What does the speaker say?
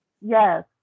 Yes